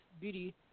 beauty